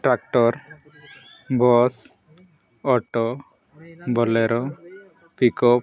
tractor bus auto bolero pickup